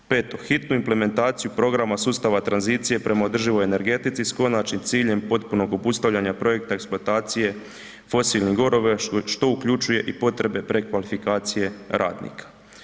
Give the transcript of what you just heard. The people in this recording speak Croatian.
Peto, hitnu implementaciju programa sustava tranzicije prema održivoj energetici s konačnim ciljem potpunog obustavljanja projekta eksploatacije fosilnih goriva što uključuje i potrebe prekvalifikacije radnika.